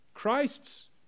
Christ's